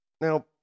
Now